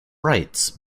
rights